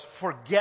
forget